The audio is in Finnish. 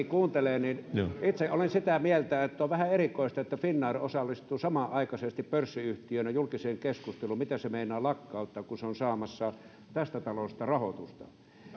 kuuntelee itse olen sitä mieltä että on vähän erikoista että finnair osallistuu pörssiyhtiönä julkiseen keskusteluun siitä mitä se meinaa lakkauttaa samanaikaisesti kun se on saamassa tästä talosta rahoitusta